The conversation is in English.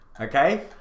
Okay